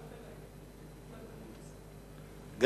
לוועדה.